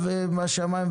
ביורוקרטיה,